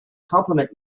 compliment